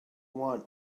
want